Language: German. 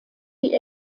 die